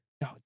No